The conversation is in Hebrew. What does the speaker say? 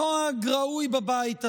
נוהג ראוי בבית הזה,